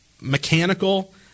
mechanical